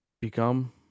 become